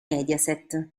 mediaset